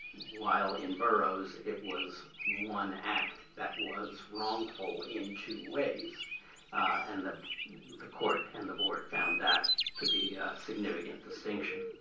while in burroughs, it was one act that was wrongful in two ways and the the court and the board found that to be a significant distinction.